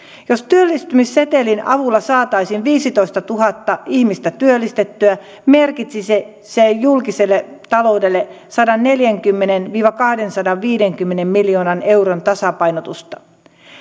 jos työllistymissetelin avulla saataisiin viisitoistatuhatta ihmistä työllistettyä merkitsisi se se julkiselle taloudelle sadanneljänkymmenen viiva kahdensadanviidenkymmenen miljoonan euron tasapainotusta